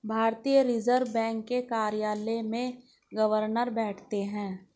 भारतीय Reserve Bank के कार्यालय में गवर्नर बैठते हैं